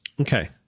Okay